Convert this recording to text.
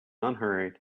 unhurried